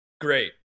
great